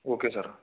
okay sir